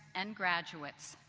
and graduates.